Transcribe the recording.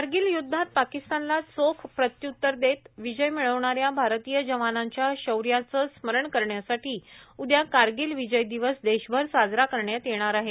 कारगील युध्दात पाकिस्तानला घोख प्रत्युत्तर देत विजय मिळवणाऱ्या भारतीय जवानांच्या शैर्यांचं स्मरण करण्यासाठी उद्या क्वरगील विजय दिवस देशभर साजरा करण्यात येणार आहे